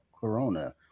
Corona